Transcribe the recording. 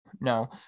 No